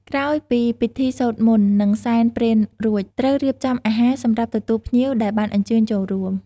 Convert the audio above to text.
ក្រោយពីពិធីសូត្រមន្ត និងសែនព្រេនរួច ត្រូវរៀបចំអាហារសម្រាប់ទទួលភ្ញៀវដែលបានអញ្ជើញចូលរួម។